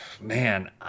Man